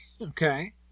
Okay